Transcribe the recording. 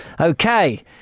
Okay